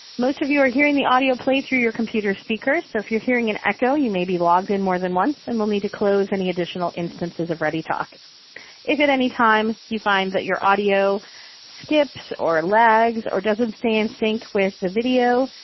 most of you are hearing the audio play through your computer speakers. so if you're hearing an echo, you may be logged in more than once and will need to close any additional instances of readytalk. if at any time your find that your audio skips or lags or doesn't stay in sync with the video,